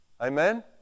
Amen